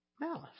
malice